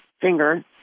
finger